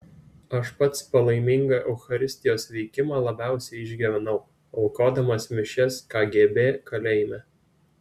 aš pats palaimingą eucharistijos veikimą labiausiai išgyvenau aukodamas mišias kgb kalėjime